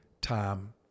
time